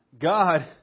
God